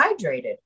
hydrated